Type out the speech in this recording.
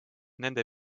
nende